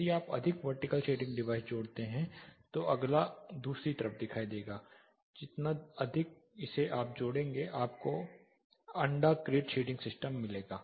यदि आप अधिक वर्टिकल शेडिंग डिवाइस जोड़ते हैं तो अगला दूसरी तरफ दिखाई देगा जितना अधिक आप इसे जोड़ेंगे आपको एक अंडा क्रेट शेडिंग सिस्टम मिलेगा